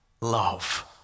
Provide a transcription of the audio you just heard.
love